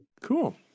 Cool